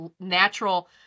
natural